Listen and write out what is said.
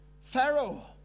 Pharaoh